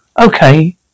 okay